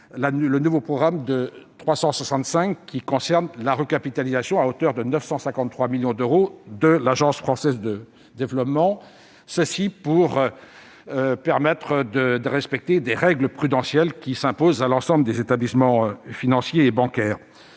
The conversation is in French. Le nouveau programme 365, quant à lui, a pour objet la recapitalisation, à hauteur de 953 millions d'euros, de l'Agence française de développement, afin de respecter des règles prudentielles qui s'imposent à l'ensemble des établissements financiers et bancaires.